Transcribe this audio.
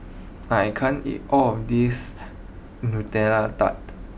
I can't eat all of this Nutella Tart